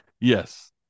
Yes